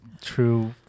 true